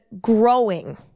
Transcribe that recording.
growing